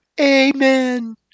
Amen